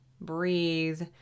breathe